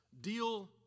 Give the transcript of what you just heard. deal